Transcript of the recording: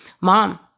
Mom